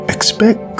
Expect